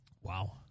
Wow